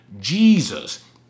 jesus